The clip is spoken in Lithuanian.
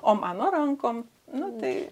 o mano rankom nu tai